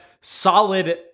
solid